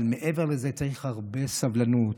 אבל מעבר לזה, צריך הרבה סבלנות,